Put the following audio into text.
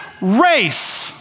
race